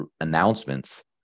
announcements